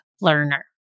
learner